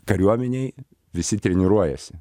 kariuomenėj visi treniruojasi